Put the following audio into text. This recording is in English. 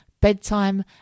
bedtime